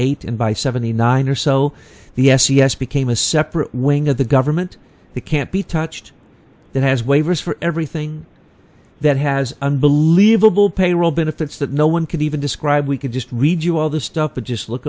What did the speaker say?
eight and by seventy nine or so the s e s became a separate wing of the government the can't be touched that has waivers for everything that has unbelievable payroll benefits that no one could even describe we could just read you all the stuff but just look